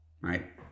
right